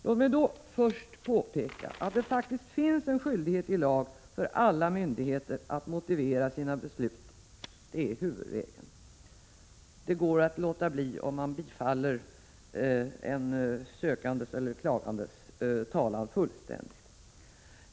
Låt mig först påpeka att det faktiskt finns en skyldighet i lag för alla myndigheter att motivera sina beslut. Det är huvudregeln — det går att låta bli att motivera beslutet om man bifaller den klagandes talan fullständigt.